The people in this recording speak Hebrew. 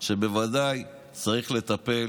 שבוודאי צריך לטפל